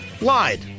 lied